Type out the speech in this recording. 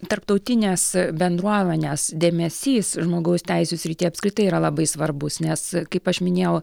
tarptautinės bendruomenės dėmesys žmogaus teisių srityje apskritai yra labai svarbus nes kaip aš minėjau